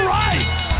right